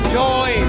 joy